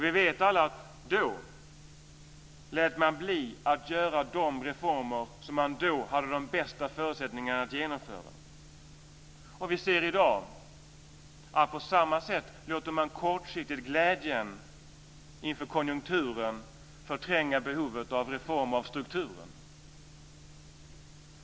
Vi vet alla att man då lät bli att genomföra de reformer som man vid den tidpunkten hade de bästa förutsättningarna att genomföra. Vi ser i dag att man på samma sätt kortsiktigt låter glädjen inför konjunkturen förtränga behovet av en reform av strukturen.